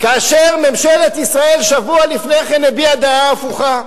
כאשר ממשלת ישראל, שבוע לפני כן הביעה דעה הפוכה.